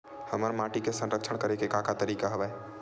हमर माटी के संरक्षण करेके का का तरीका हवय?